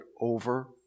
over